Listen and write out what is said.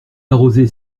arroser